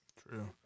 True